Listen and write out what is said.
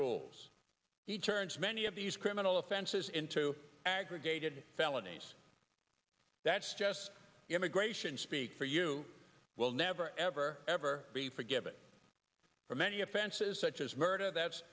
rules he turns many of these criminal offenses into aggregated felonies that's just immigration speak for you will never ever ever be forgiven for many offenses such as murder that's